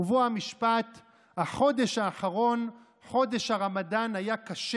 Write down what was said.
ובו המשפט: 'החודש האחרון, חודש הרמדאן, היה קשה